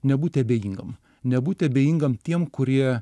nebūti abejingam nebūti abejingam tiem kurie